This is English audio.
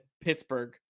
Pittsburgh